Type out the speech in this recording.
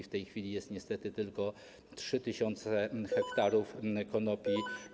W tej chwili jest niestety tylko 3 tys. ha konopi.